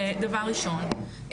דבר שני,